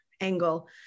angle